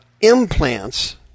implants